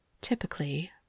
typically